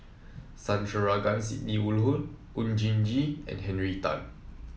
Sandrasegaran Sidney Woodhull Oon Jin Gee and Henry Tan